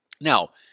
Now